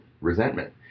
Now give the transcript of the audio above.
resentment